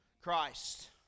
Christ